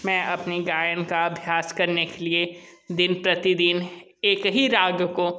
मैं अपनी गायन का अभ्यास करने के लिए दिन प्रतिदिन एक ही राग को